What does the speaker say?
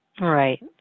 Right